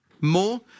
more